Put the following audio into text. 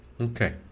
Okay